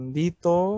dito